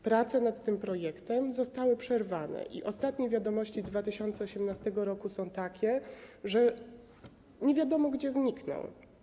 Prace nad tym projektem zostały przerwane i ostatnie wiadomości z 2018 r. są takie, że nie wiadomo, gdzie ten projekt zniknął.